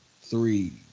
three